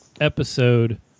episode